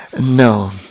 No